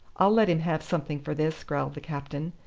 i'll let him have something for this, growled the captain.